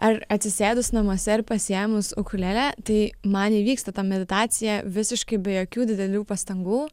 ar atsisėdus namuose ir pasiėmus ukulelę tai man įvyksta ta meditacija visiškai be jokių didelių pastangų